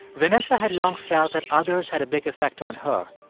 vanessa had long felt that others had a big effect on her.